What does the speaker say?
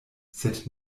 sed